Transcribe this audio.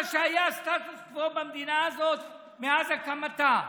בכל מה שהיה סטטוס קוו במדינה הזאת מאז הקמתה,